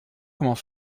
comment